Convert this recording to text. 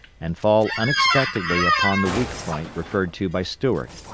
and fall unexpectedly upon the weak point referred to by stuart.